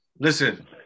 Listen-